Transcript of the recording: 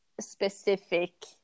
specific